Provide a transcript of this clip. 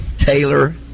Taylor